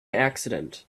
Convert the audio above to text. accident